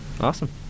awesome